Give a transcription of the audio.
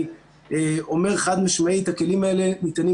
אני אומר חד-משמעית שהלכים האלה ניתנים